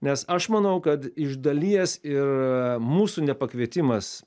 nes aš manau kad iš dalies ir mūsų nepakvietimas